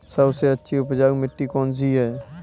सबसे अच्छी उपजाऊ मिट्टी कौन सी है?